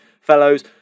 fellows